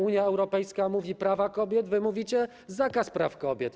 Unia Europejska mówi: prawa kobiet, wy mówicie: zakaz praw kobiet.